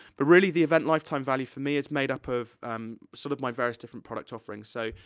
but really, the event lifetime value for me is made up of sort of my various different product offerings, so,